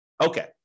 Okay